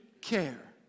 care